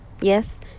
Yes